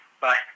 Bye